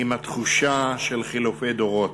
עם התחושה של חילופי דורות.